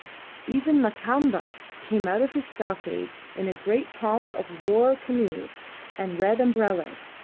even lakamba came out of his stockade in a great pomp of war canoes and red umbrellas,